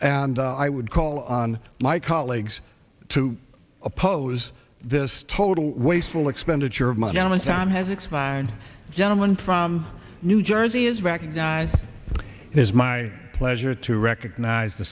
and i would call on my colleagues to oppose this total waste all expenditure of money and time has expired gentlemen from new jersey is recognized as my pleasure to recognize the